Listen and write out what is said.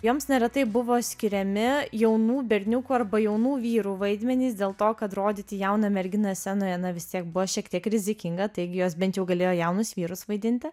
joms neretai buvo skiriami jaunų berniukų arba jaunų vyrų vaidmenys dėl to kad rodyti jauną merginą scenoje na vis tiek buvo šiek tiek rizikinga taigi jos bent jau galėjo jaunus vyrus vaidinti